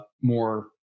more